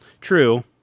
True